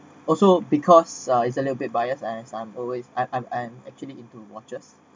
also because uh it's a little bit biased as I'm always I'm I'm actually into watches